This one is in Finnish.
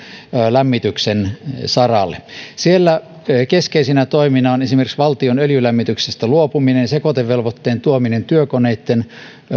lämmityksen saralle siellä keskeisinä toimina on esimerkiksi valtion öljylämmityksestä luopuminen sekoitevelvoitteen tuominen työkoneitten